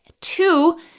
Two